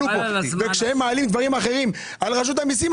וכשהם מעלים דברים אחרים על רשות המיסים,